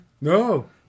No